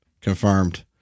Confirmed